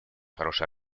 хорошей